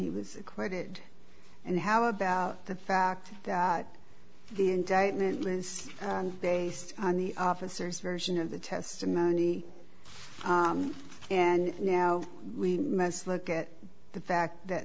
he was acquitted and how about the fact that the indictment was based on the officers version of the testimony and now we must look at the fact that